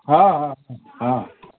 ହଁ ହଁ ହଁ ହଁ